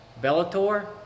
Bellator